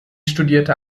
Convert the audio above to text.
studierte